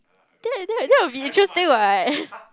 that that that will be interesting what